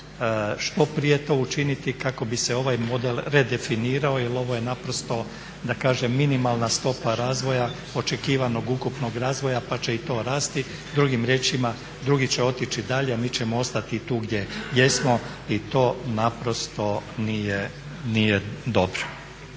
što prije to učiniti kako bi se ovaj model redefinirao jer ovo je naprosto da kažem minimalna stopa razvoja očekivanog ukupnog razvoja pa će i to rasti. Drugim riječima, drugi će otići dalje, a mi ćemo ostati tu gdje jesmo i to naprosto nije dobro.